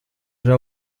già